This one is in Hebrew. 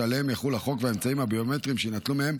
שעליהן יחול החוק והאמצעים הביומטריים שיינטלו מהם,